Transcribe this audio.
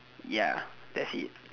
ya that's it